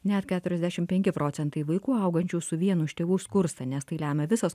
net keturiasdešim penki procentai vaikų augančių su vienu iš tėvų skursta nes tai lemia visos